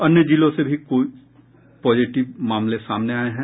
अन्य जिलों से भी पॉजिटिव मामले सामने आये हैं